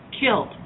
killed